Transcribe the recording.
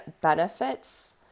benefits